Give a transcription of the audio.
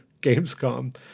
Gamescom